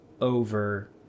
over